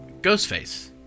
Ghostface